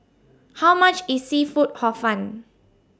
How much IS Seafood Hor Fun